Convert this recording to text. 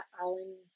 Alan